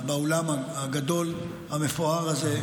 באולם הגדול המפואר הזה,